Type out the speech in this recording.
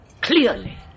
clearly